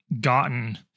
gotten